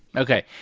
ok.